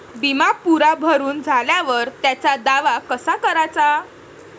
बिमा पुरा भरून झाल्यावर त्याचा दावा कसा कराचा?